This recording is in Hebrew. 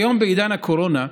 כיום, בעידן הקורונה,